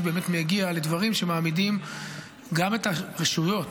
באמת מגיע לדברים שמעמידים גם את הרשויות